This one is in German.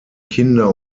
kinder